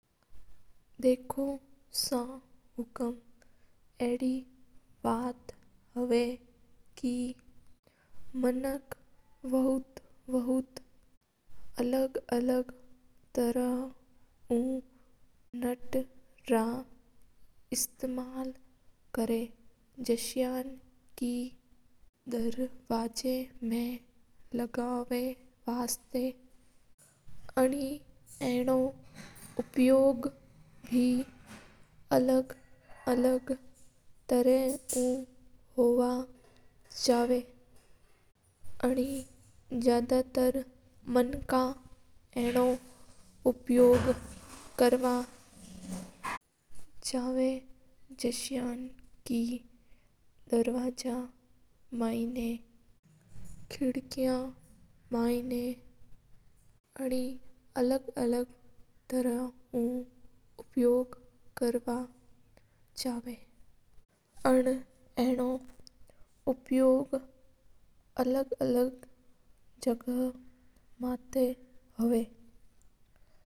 देखो सा हुकूम अड़ी बात हवा के मानक अलग-अलग प्रकार रा नाट रा प्रयोग करा हां जस्यान के कोई दरवाजा मा लगावण वास्ता वॉइस और जगा लगावण वास्ता हवा है। एणी मानक अलग-अलग तरीका उ काम मा लावा जासा मा कोई मसीन मा कोई दरवाजा मा और वी अलग-अलग जगा माता लेया करा है।